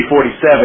47